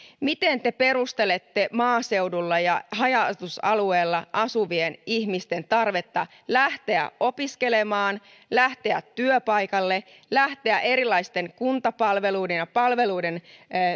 miten te perustelette maaseudulla ja haja asutusalueella asuvien ihmisten tarvetta lähteä opiskelemaan lähteä työpaikalle lähteä erilaisten kuntapalveluiden ja palveluiden